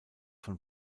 von